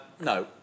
No